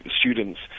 students